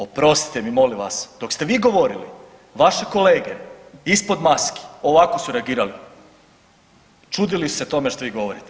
Oprostite mi, molim vas, dok ste vi govorili, vaše kolege ispod maski ovako su reagirali, čudili se tome što vi govorite.